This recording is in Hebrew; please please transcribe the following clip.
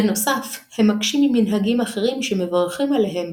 בנוסף הם מקשים ממנהגים אחרים שמברכים עליהם,